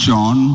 John